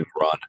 run